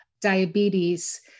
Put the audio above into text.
diabetes